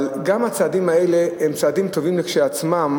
גם הצעדים האלה הם צעדים טובים כשלעצמם.